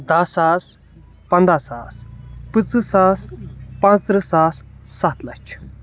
دَہ ساس پنٛداہ ساس پٕنٛژٕ ساس پانٛژھ تٕرٛہ ساس سَتھ لَچھ